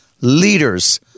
leaders